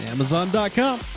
Amazon.com